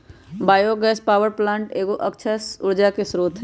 bio gas power plant एगो अक्षय ऊर्जा के स्रोत हइ